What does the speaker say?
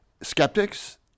skeptics